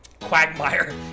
Quagmire